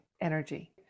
energy